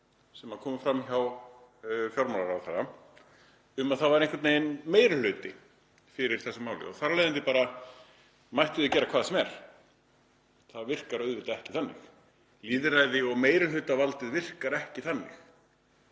sem komu fram hjá fjármálaráðherra voru að það væri einhvern veginn meiri hluti fyrir þessu máli og þar af leiðandi mættu þau bara gera hvað sem er. Það virkar auðvitað ekki þannig. Lýðræði og meirihlutavald virkar ekki þannig.